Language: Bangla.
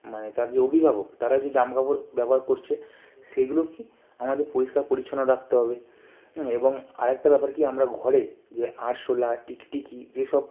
মানে তার যে অভিভাবক তারা যে জামা কাপড় ব্যবহার করছে সেইগুলো কি আমাদের পরিষ্কার পরিচ্ছন্ন রাখতে হবে এবং আরেকটা ব্যাপার কি আমরা ঘরে যে আরশোলা টিকটিকি যেসব